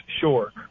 Sure